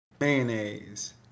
mayonnaise